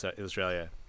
Australia